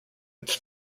its